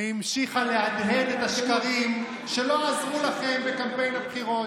והמשיכה להדהד את השקרים שלא עזרו לכם בקמפיין הבחירות.